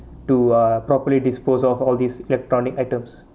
to ah properly dispose of all these electronic items